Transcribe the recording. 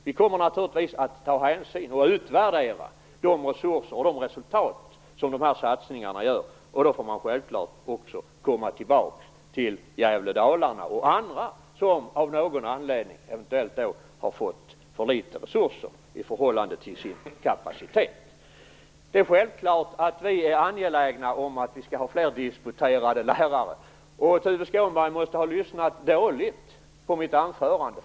Vi kommer naturligtvis att utvärdera de resultat som satsningarna får, och då får man självfallet också komma tillbaks till Gävle/Dalarna och andra som av någon anledning eventuellt har fått för litet resurser i förhållande till sin kapacitet. Det är självklart att vi är angelägna om att vi skall ha fler disputerade lärare. Tuve Skånberg måste ha lyssnat dåligt på mitt anförande.